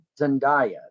Zendaya